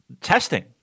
testing